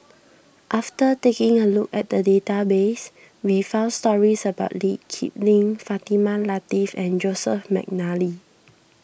after taking a look at the database we found stories about Lee Kip Lin Fatimah Lateef and Joseph McNally